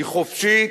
היא חופשית,